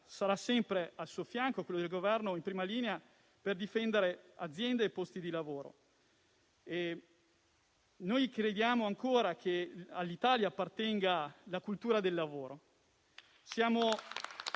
sarà sempre al suo fianco e a quello del Governo, in prima linea per difendere aziende e posti di lavoro. Crediamo ancora che all'Italia appartenga la cultura del lavoro